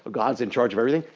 god's in charge of everything?